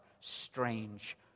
strange